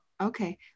okay